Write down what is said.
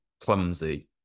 clumsy